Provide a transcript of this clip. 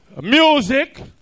Music